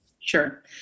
Sure